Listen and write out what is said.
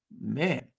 Man